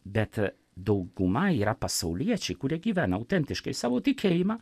bet dauguma yra pasauliečiai kurie gyvena autentiškai savo tikėjimą